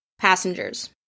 passengers